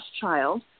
child